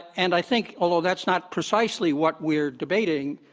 and i think although that's not precisely what we're debating,